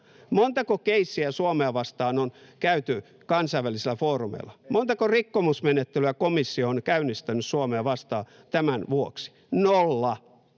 Montako keissiä Suomea vastaan on käyty kansainvälisillä foorumeilla? Montako rikkomusmenettelyä komissio on käynnistänyt Suomea vastaan tämän vuoksi? Nolla,